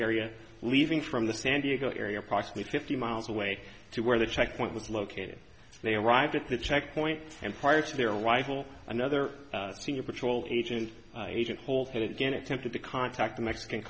area leaving from the san diego area possibly fifty miles away to where the checkpoint was located they arrived at the checkpoint and prior to their arrival another senior patrol agent agent told him again attempted to contact the mexican